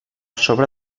sobre